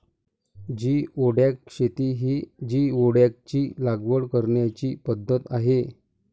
geoduck शेती ही जिओडॅकची लागवड करण्याची पद्धत आहे